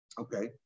Okay